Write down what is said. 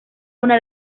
una